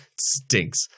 stinks